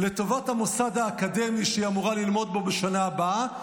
לטובת המוסד האקדמי שהיא אמורה ללמוד בו בשנה הבאה,